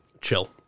Chill